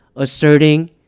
asserting